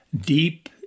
deep